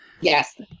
Yes